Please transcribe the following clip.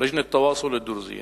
לג'נת אל-תוואסול אל-דרזיה,